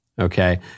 okay